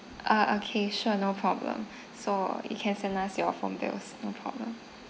ah okay sure no problem so you can send us your phone bills no problem